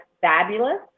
fabulous